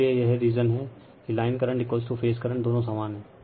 इसलिए यही रीज़न है कि लाइन करंटफेज करंट दोनों समान हैं